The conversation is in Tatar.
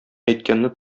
әйткәнне